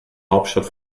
hauptstadt